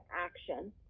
action